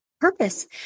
purpose